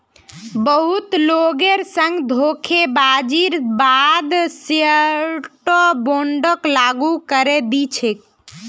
बहुत लोगेर संग धोखेबाजीर बा द श्योरटी बोंडक लागू करे दी छेक